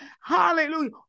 Hallelujah